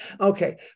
okay